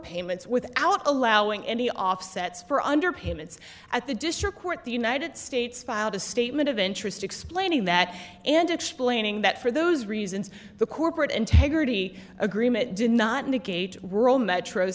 overpayments without allowing any offsets for under payments at the district court the united states filed a statement of interest explaining that and explaining that for those reasons the corporate integrity agreement did not indicate rural metro